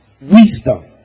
wisdom